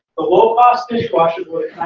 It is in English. the low-cost dishwasher would